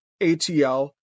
ATL